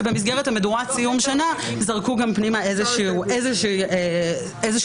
שבמסגרת מדורת סיום השנה זרקו פנימה גם איזו שהיא פסולת,